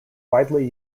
widely